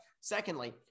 Secondly